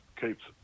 keeps